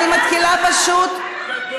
אני מתחילה פשוט,